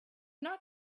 not